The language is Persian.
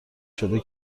شده